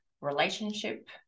relationship